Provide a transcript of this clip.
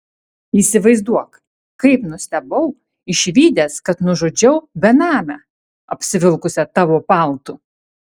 įsivaizduok kaip nustebau išvydęs kad nužudžiau benamę apsivilkusią tavo paltu